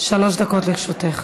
שלוש דקות לרשותך.